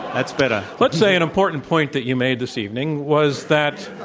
that's better. let's say an important point that you made this evening was that